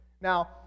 Now